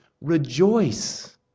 rejoice